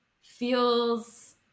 feels